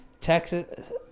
Texas